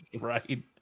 right